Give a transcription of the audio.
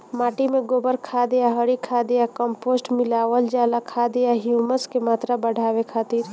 माटी में गोबर खाद या हरी खाद या कम्पोस्ट मिलावल जाला खाद या ह्यूमस क मात्रा बढ़ावे खातिर?